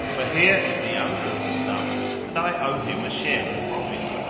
for here is the owner of the stuff and i owe him a share of profit.